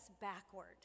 backward